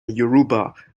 yoruba